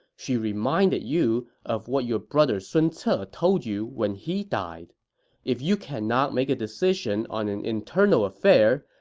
she reminded you of what your brother sun ce but told you when he died if you cannot make a decision on an internal affair,